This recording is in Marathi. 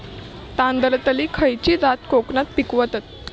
तांदलतली खयची जात कोकणात पिकवतत?